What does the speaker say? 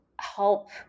help